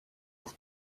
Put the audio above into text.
des